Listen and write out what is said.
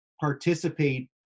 participate